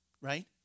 right